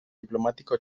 diplomático